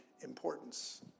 importance